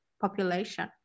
population